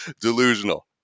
Delusional